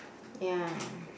ya